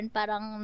Parang